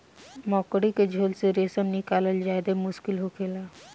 मकड़ी के झोल से रेशम निकालल ज्यादे मुश्किल होखेला